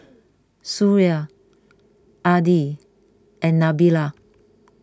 Suria Adi and Nabila